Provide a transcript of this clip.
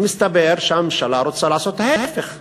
מסתבר שהממשלה רוצה לעשות ההפך.